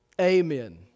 Amen